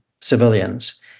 civilians